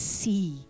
see